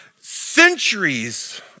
centuries